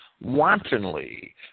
wantonly